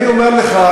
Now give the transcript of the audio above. אני אומר לך,